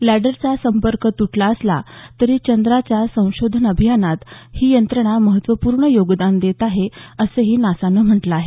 लँडरचा संपर्क तुटला असला तरी चंद्राच्या संशोधन अभियानात ही यंत्रणा महत्त्वपूर्ण योगदान देत आहे असंही नासानं म्हटलं आहे